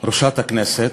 "ראשת הכנסת"